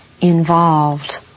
involved